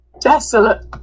Desolate